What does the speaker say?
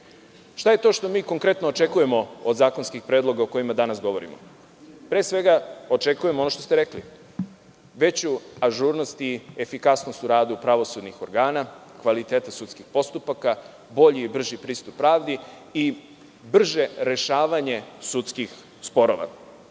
je to što mi konkretno očekujemo od zakonskih predloga o kojima danas govorimo? Pre svega, očekujemo ono što ste rekli – veću ažurnost i efikasnost u radu pravosudnih organa, kvaliteta sudskih postupaka, bolji i brži pristup pravdi i brže rešavanje sudskih sporova.